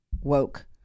woke